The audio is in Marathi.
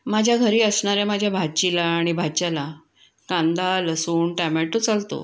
माझ्या घरी असणाऱ्या माझ्या भाचीला आणि भाच्याला कांदा लसूण टामॅटो चालतो